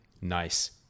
Nice